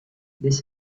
this